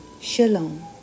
Shalom